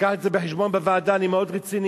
לקחת את זה בחשבון בוועדה, אני מאוד רציני.